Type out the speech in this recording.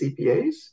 CPAs